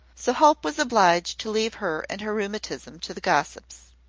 so hope was obliged to leave her and her rheumatism to the gossips.